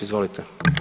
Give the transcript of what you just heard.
Izvolite.